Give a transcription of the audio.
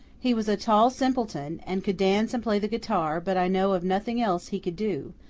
he was a tall simpleton and could dance and play the guitar but i know of nothing else he could do,